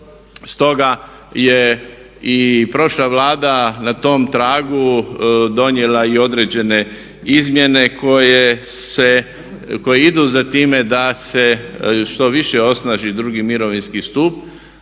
Stoga je i prošla Vlada na tom tragu donijela i određene izmjene koje se, koje idu za time da se što više osnaži drugi mirovinski stup,